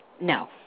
No